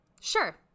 Sure